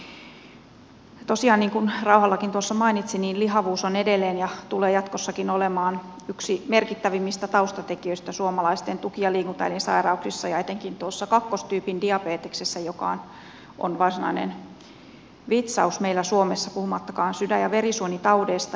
tosiaan niin kuin rauhalakin tuossa mainitsi lihavuus on edelleen ja tulee jatkossakin olemaan yksi merkittävimmistä taustatekijöistä suomalaisten tuki ja liikuntaelinsairauksissa ja etenkin tuossa kakkostyypin diabeteksessä joka on varsinainen vitsaus meillä suomessa puhumattakaan sydän ja verisuonitaudeista